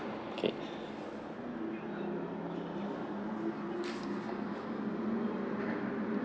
K